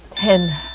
ten